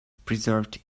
preserved